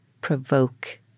provoke